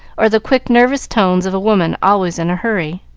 or the quick, nervous tones of a woman always in a hurry.